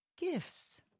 gifts